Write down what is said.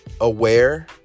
aware